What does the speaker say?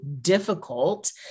difficult